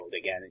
again